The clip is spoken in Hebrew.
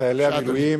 חיילי המילואים,